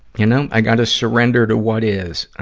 you know, i gotta surrender to what is.